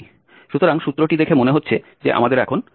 সুতরাং সূত্রটি দেখে মনে হচ্ছে যে আমাদের এখন f0 এর পরিবর্তে f2 আছে